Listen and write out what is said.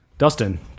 Dustin